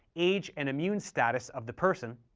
age, and immune status, of the person.